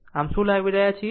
આમ શું લાવી રહ્યા છીએ